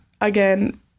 again